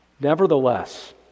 Nevertheless